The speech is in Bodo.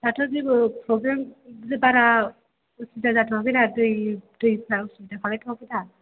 दाथ' जेबो प्रब्लेम बारा उसुबिदा जाथ'वाखैना दै दैफोरा जेबो असुबिदा खालामथ'वाखैदा